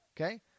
Okay